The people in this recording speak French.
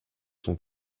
sont